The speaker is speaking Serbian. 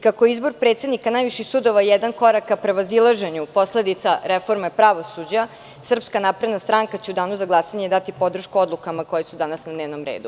Kako je izbor predsednika najviših sudova jedan korak ka prevazilaženju posledica reforme pravosuđa, Srpska napredna stranka će u danu za glasanje dati podršku odlukama koje su danas na dnevnom redu.